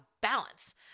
balance